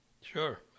Sure